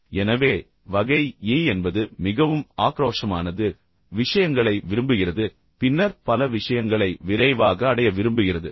எனவே வகை ஏ என்பது மிகவும் ஆக்ரோஷமானது விஷயங்களை விரும்புகிறது பின்னர் பல விஷயங்களை விரைவாக அடைய விரும்புகிறது